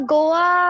Goa